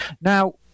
now